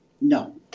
No